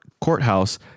courthouse